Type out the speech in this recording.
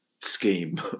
scheme